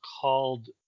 called